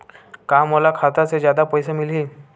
का मोला खाता से जादा पईसा मिलही?